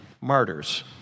martyrs